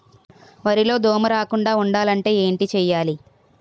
వరిలో దోమ రాకుండ ఉండాలంటే ఏంటి చేయాలి?